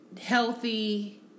healthy